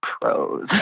pros